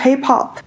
K-pop